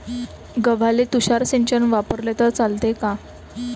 गव्हाले तुषार सिंचन वापरले तर चालते का?